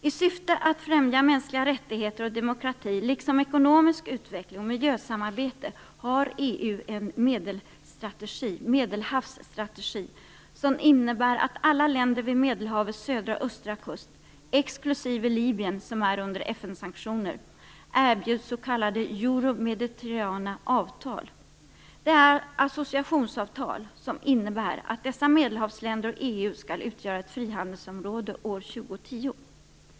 I syfte att främja mänskliga rättigheter och demokrati, liksom ekonomisk utveckling och miljösamarbete, har EU en Medelhavsstrategi som innebär att alla länder vid Medelhavets södra och östra kust, exklusive Libyen som är under FN-sanktioner, erbjuds s.k. euro-mediterrana avtal. Det är associationsavtal som innebär att dessa Medelhavsländer och EU skall utgöra ett frihandelsområde år 2010.